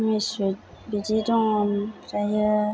मिउसुयेल बिदि दङ ओमफ्रायो